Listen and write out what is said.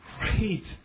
great